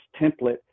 template